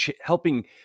helping